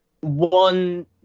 One